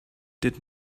did